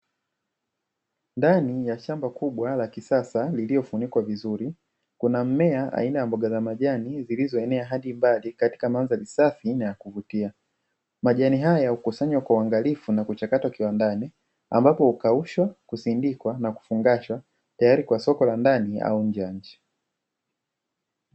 Ndani ya shamba kubwa la kisasa lililofunikwa vizuri, kuna mmea aina ya mboga za majani zilizoenea hadi mbali katika mandhari safi na ya kuvutia. Majani haya hukusanywa kwa uangalifu na kuchakatwa kiwandani ambapo: hukaushwa, husindikwa na kufungashwa; tayari kwa soko la ndani au nje ya nchi.